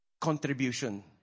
contribution